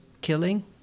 killing